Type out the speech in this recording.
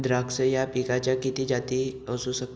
द्राक्ष या पिकाच्या किती जाती असू शकतात?